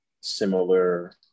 similar